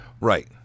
Right